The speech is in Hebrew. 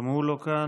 גם הוא לא כאן,